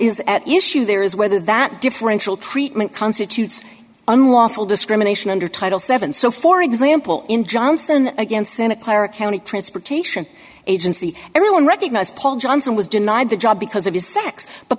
is at issue there is whether that differential treatment constitutes unlawful discrimination under title seven so for example in johnson against santa clara county transportation agency everyone recognized paul johnson was denied the job because of his sex but